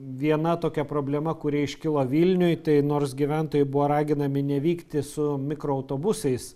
viena tokia problema kuri iškilo vilniuj tai nors gyventojai buvo raginami nevykti su mikroautobusais